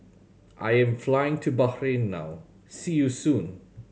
I am flying to Bahrain now see you soon